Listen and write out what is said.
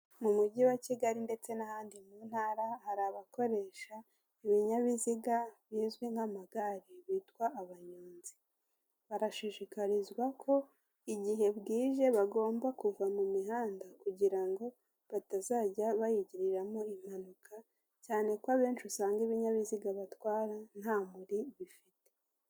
Mu mujyi wa kigali ndetse n'ahandi mu ntara, hari abakoresha ibinyabiziga bizwi nk'amagare; bitwa abanyonzi. Barashishikarizwa ko igihe bwije bagomba kuva mu mihanda kugirango batazajya bayigiriramo impanuka, cyane ko abenshi usanga ibinyabiziga batwara, nta muri bifite.